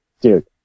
Dude